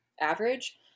average